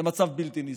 זה מצב בלתי נסבל.